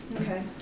Okay